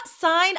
sign